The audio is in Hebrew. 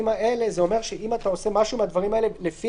זה אומר שאם אתה עושה משהו מהדברים האלה לפי